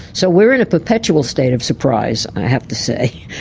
so we are in a perpetual state of surprise, i have to say.